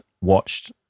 watched